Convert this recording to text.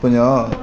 ਪੰਜਾਹ